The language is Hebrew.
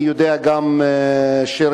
אני יודע גם שירים,